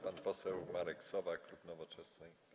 Pan poseł Marek Sowa, klub Nowoczesna.